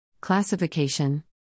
Classification